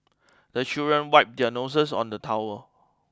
the children wipe their noses on the towel